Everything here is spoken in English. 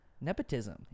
Nepotism